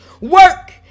work